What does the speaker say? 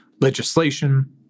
legislation